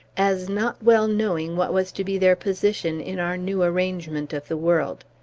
as not well knowing what was to be their position in our new arrangement of the world.